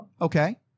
Okay